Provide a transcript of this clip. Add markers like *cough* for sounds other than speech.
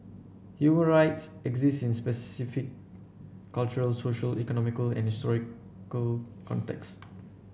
human rights exist in specific cultural social economic and *unintelligible* contexts